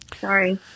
Sorry